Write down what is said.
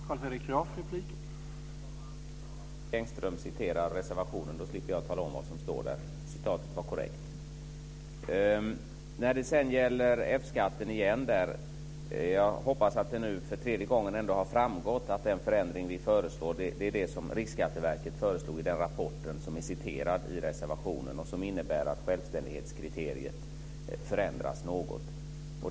Herr talman! Det är bra att Marie Engström citerar reservationen. Då slipper jag tala om vad som står där. Citatet var korrekt. Jag hoppas att det nu för tredje gången framgår att den förändring vi föreslår när det gäller F-skattsedeln är den som Riksskatteverket föreslog i den rapport som är citerad i reservationen. Den innebär att självständighetskriteriet förändras något.